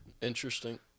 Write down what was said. Interesting